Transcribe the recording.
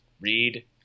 read